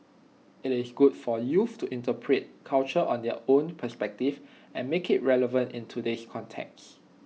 IT is good for youth to interpret culture on their own perspective and make IT relevant in today's context